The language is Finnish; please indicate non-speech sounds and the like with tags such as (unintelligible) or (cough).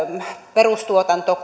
perustuotannon (unintelligible)